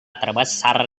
terbesar